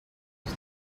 was